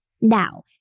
Now